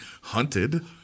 hunted